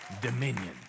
Dominion